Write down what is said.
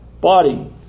body